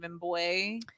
boy